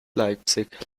leipzig